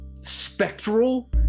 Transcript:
spectral